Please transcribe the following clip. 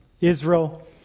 Israel